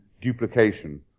duplication